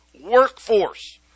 workforce